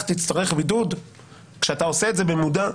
תצטרך בידוד כשאתה עושה את זה במודע?